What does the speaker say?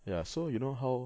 ya so you know how